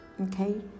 okay